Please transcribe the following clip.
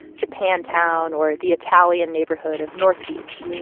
japantown or the italian neighborhood of north beach.